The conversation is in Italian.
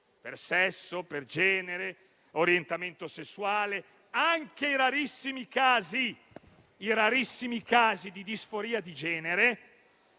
per sesso, per genere, orientamento sessuale o per i rarissimi casi di disforia di genere